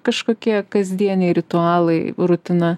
kažkokie kasdieniai ritualai rutina